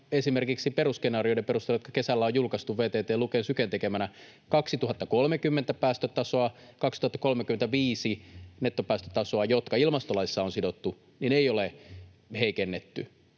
esimerkiksi perusskenaarioiden perusteella, jotka kesällä on julkaistu VTT:n, Luken ja Syken tekeminä, vuoden 2030 päästötasoa, vuoden 2035 nettopäästötasoa, jotka ilmastolaissa on sidottu, ei ole heikennetty.